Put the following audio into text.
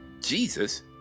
Jesus